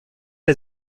les